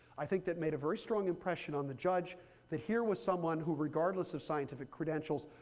i think that made a very strong impression on the judge that here was someone who, regardless of scientific credentials,